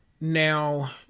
Now